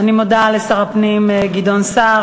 אני מודה לשר הפנים גדעון סער.